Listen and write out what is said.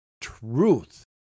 truth